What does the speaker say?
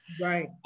Right